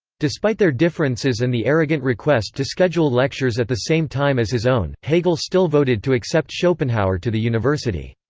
despite their differences and the arrogant request to schedule lectures at the same time as his own, hegel still voted to accept schopenhauer to the university.